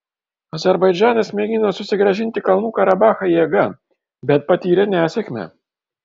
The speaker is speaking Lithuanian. azerbaidžanas mėgino susigrąžinti kalnų karabachą jėga bet patyrė nesėkmę